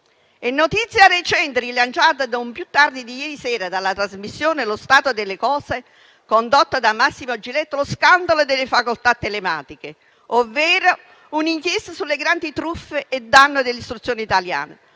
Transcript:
È notizia recente, rilanciata non più tardi di ieri sera dalla trasmissione «Lo stato delle cose», condotta da Massimo Giletti, lo scandalo delle facoltà telematiche, ovvero un'inchiesta sulle grandi truffe a danno dell'istruzione italiana,